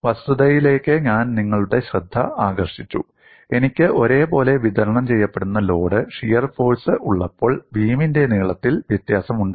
വസ്തുതയിലേക്ക് ഞാൻ നിങ്ങളുടെ ശ്രദ്ധ ആകർഷിച്ചു എനിക്ക് ഒരേപോലെ വിതരണം ചെയ്യപ്പെടുന്ന ലോഡ് ഷിയർ ഫോഴ്സ് ഉള്ളപ്പോൾ ബീമിന്റെ നീളത്തിൽ വ്യത്യാസമുണ്ട്